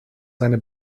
seine